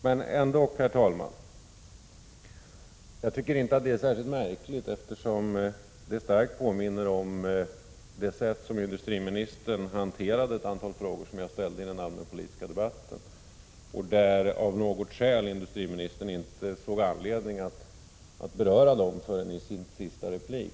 Men jag tycker ändå, herr talman, att detta inte är så särskilt överraskande, eftersom det starkt påminner om det sätt på vilket industriministern hanterade ett antal frågor som jag ställde i den allmänpolitiska debatten. Av något skäl såg då industriministern inte anledning att beröra de frågorna förrän i sin sista replik.